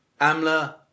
Amla